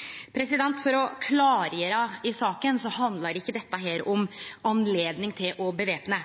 å væpne,